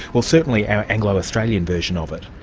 well certainly our anglo-australian version of it.